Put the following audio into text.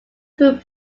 through